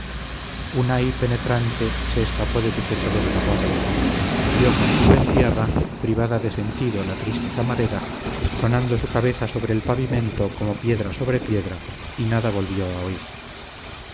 un ay penetrante se escapó de su pecho desgarrado dio consigo en tierra privada de sentido la triste camarera sonando su cabeza sobre el pavimento como piedra sobre piedra y nada volvió a oír